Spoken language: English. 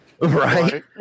Right